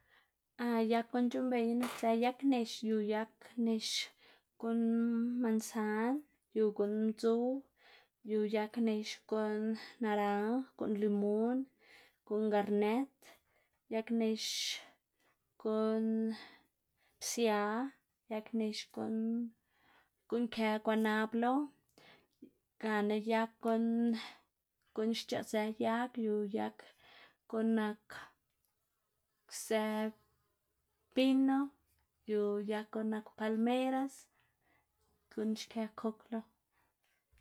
yag gu'n c̲h̲uꞌnnbeyná nakzë yag nex, yu yag nex guꞌn mansan, yu guꞌn ndzuw, yu yag nex guꞌn naranj, guꞌn limon, guꞌn garnet, yag nex guꞌn psia. yag nex guꞌn guꞌn kë gwanab lo gana yag guꞌn guꞌn xc̲h̲aꞌzë yag, yu yag guꞌn nakzë pino, yu yag guꞌn nak palmeras, guꞌn xkë kok lo.